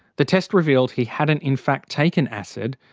the test revealed he hadn't in fact taken acid,